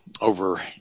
over